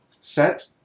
set